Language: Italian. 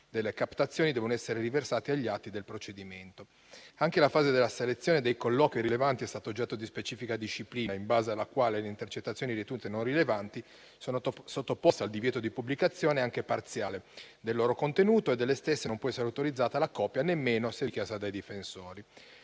delle captazioni devono essere riversati agli atti del procedimento. Anche la fase della selezione dei colloqui rilevanti è stato oggetto di specifica disciplina, in base alla quale le intercettazioni ritenute non rilevanti sono sottoposte al divieto di pubblicazione anche parziale del loro contenuto e delle stesse non può essere autorizzata la copia nemmeno se richiesto dai difensori.